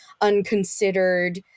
unconsidered